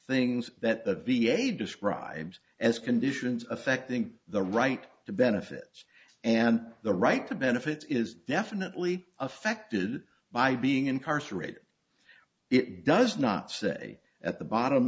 things that the v a describes as conditions affecting the right to benefits and the right to benefits is definitely affected by being incarcerated it does not say at the bottom